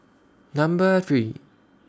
Number three